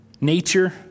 nature